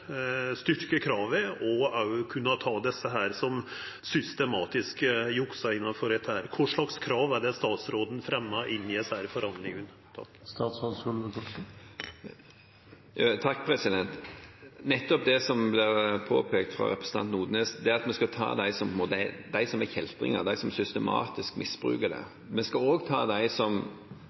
og òg å kunne ta desse som systematisk juksar innanfor dette? Kva krav er det statsråden fremja inn i desse forhandlingane? Nettopp det som blir påpekt fra representanten Odnes, er at vi skal ta dem som er kjeltringer, dem som systematisk misbruker det. Vi skal også ta dem som